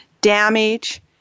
damage